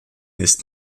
ist